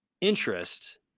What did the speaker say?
interest